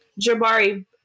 Jabari